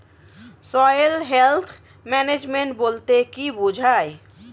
Soil health management বলতে কি বুঝায়?